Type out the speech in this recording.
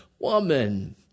woman